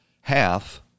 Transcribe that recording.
half